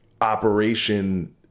operation